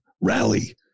rally